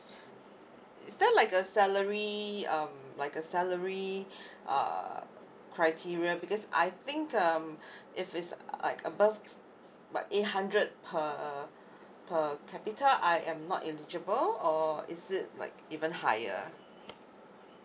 is there like a salary um like a salary uh criteria because I think um if it's like above like eight hundred per per capita I am not illegible or is it like even higher